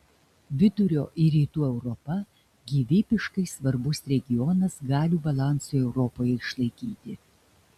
vidurio ir rytų europa gyvybiškai svarbus regionas galių balansui europoje išlaikyti